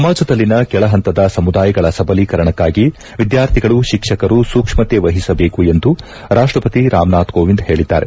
ಸಮಾಜದಲ್ಲಿನ ಕೆಳಹಂತದ ಸಮುದಾಯಗಳ ಸಬಲೀಕರಣಕಾಗಿ ವಿದ್ಯಾರ್ಥಿಗಳು ಶಿಕ್ಷಕರು ಸೂಕ್ಷತೆ ವಹಿಸಬೇಕು ಎಂದು ರಾಷ್ಷಪತಿ ರಾಮನಾಥ್ ಕೋವಿಂದ್ ಹೇಳಿದ್ದಾರೆ